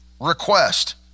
request